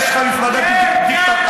ולחדרי החקירות,